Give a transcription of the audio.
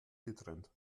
getrennt